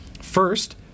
First